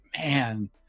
man